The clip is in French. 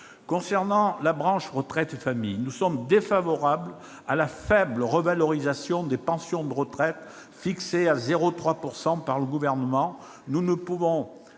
S'agissant des branches retraite et famille, nous sommes défavorables à la faible revalorisation des pensions de retraite, fixée à 0,3 % par le Gouvernement.